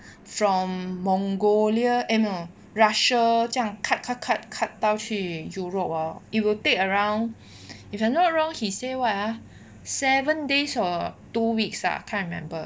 from mongolia eh no russia 这样 cut cut cut cut 到去 europe orh it will take around if I'm not wrong he say what ah seven days or two weeks ah can't remember